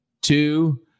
two